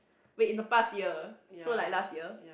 wait in a pass year so like last year